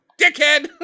dickhead